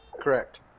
Correct